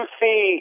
see